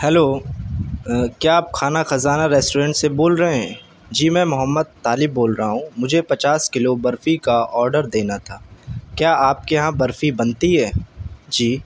hello کیا آپ Khana Khazana restaurant سے بول رہے ہیں جی میں محمد طالب بول رہا ہوں مجھے پچاس کیلو برفی کا آڈر دینا تھا کیا آپ کے یہاں برفی بنتی ہے جی